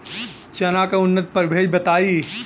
चना के उन्नत प्रभेद बताई?